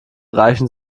reichen